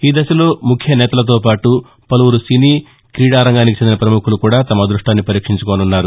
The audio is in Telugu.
ఈ దశలో ముఖ్యనేతలతో పాటు పలువురు సినీ క్రీడారంగానికి చెందిన పముఖులు కూడా తమ అదృష్టాన్ని పరీక్షించుకోనున్నారు